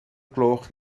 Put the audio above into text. gloch